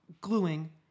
gluing